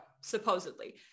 supposedly